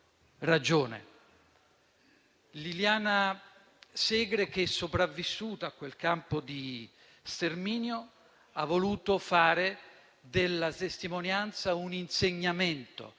ragione. Liliana Segre, che è sopravvissuta a quel campo di sterminio, ha voluto fare della testimonianza un insegnamento